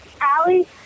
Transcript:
Allie